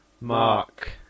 mark